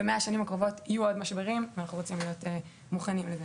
במאה השנים הקרובות יהיו עוד משברים ואנחנו רוצים להיות מוכנים לזה.